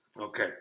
Okay